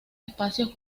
espacios